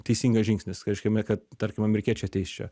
teisingas žingsnis reiškia kad tarkim amerikiečiai ateis čia